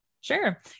sure